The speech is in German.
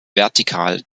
vertikal